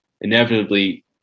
inevitably